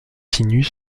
sinus